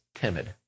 timid